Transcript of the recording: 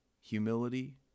humility